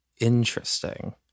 Interesting